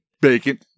Bacon